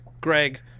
Greg